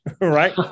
right